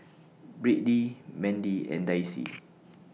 Brittney Mandie and Daisie